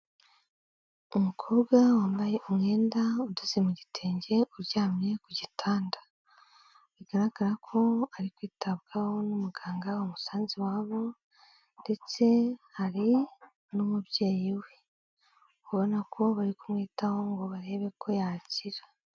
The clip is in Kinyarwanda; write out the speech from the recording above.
Umukobwa wambaye umwenda udoze mu gitenge, uryamye ku gitanda, bigaragara ko ari kwitabwaho n'umuganga wamusanze iwabo ndetse hari n'umubyeyi we, ubona ko bari kumwitaho ngo barebe ko yakira.